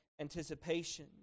anticipation